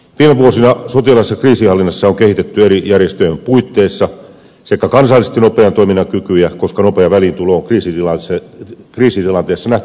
viime vuosina sotilaallisessa kriisinhallinnassa on kehitetty eri järjestöjen puitteissa sekä kansallisesti nopean toiminnan kykyjä koska nopea väliintulo on kriisitilanteessa nähty hyvin tärkeäksi